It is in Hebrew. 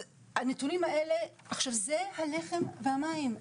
הנתונים האלה זה הלחם והמים.